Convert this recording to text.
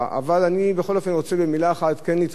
אבל אני, בכל אופן, רוצה במלה אחת כן להתמקד